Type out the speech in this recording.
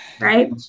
right